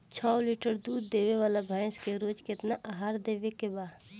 छह लीटर दूध देवे वाली भैंस के रोज केतना आहार देवे के बा?